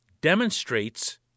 demonstrates